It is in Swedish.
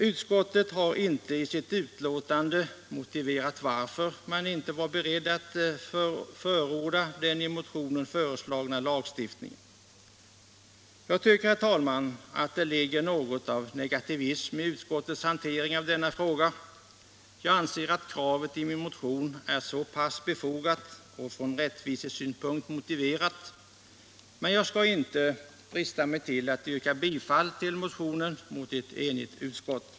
Utskottet har inte i sitt betänkande motiverat varför man inte var beredd att förorda den i motionen föreslagna lagstiftningen. Jag tycker, herr talman, att det ligger något av negativism i utskottets hantering av denna fråga. Jag anser att kravet i min motion är befogat och från rättvisesynpunkt motiverat. Jag skall inte drista mig till att yrka bifall till motionen mot ett enigt utskott.